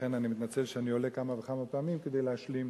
ולכן אני מתנצל שאני עולה כמה וכמה פעמים כדי להשלים